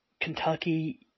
Kentucky